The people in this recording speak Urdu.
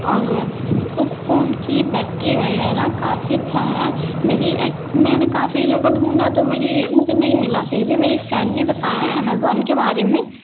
اور اس فون کی بیٹری وغیرہ کافی اچھا ہے میری ایک میں نے کافی جگہ ڈھونڈا تو میری مجھے نہیں ملا پھر بھی میری فرینڈ نے بتایا امیزون کے بارے میں